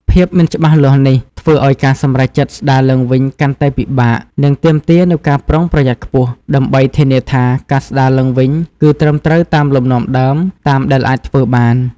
ភាពមិនច្បាស់លាស់នេះ ធ្វើឱ្យការសម្រេចចិត្តស្ដារឡើងវិញកាន់តែពិបាក និងទាមទារនូវការប្រុងប្រយ័ត្នខ្ពស់ ដើម្បីធានាថាការស្ដារឡើងវិញគឺត្រឹមត្រូវតាមលំនាំដើមតាមដែលអាចធ្វើបាន។